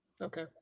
Okay